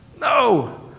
no